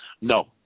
No